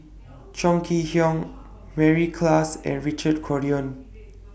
Chong Kee Hiong Mary Klass and Richard Corridon